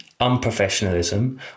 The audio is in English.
unprofessionalism